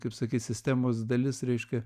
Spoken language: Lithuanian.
kaip sakyt sistemos dalis reiškia